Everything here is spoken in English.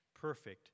perfect